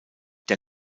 der